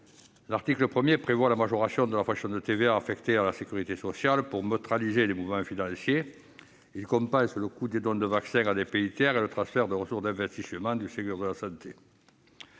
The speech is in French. L'article 1 majore la fraction de TVA affectée à la sécurité sociale pour neutraliser certains mouvements financiers. Il s'agit de compenser le coût des dons de vaccins à des pays tiers et le transfert de ressources d'investissement du Ségur de la santé.